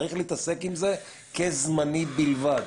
צריך לעסוק בזה כזמני בלבד.